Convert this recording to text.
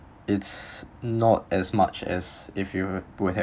it's not as much as if you were to have